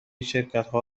شرکتها